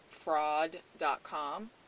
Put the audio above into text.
fraud.com